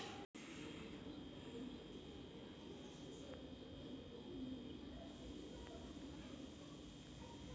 UPI ने पैशांची देवाणघेवाण केली जाऊ शकते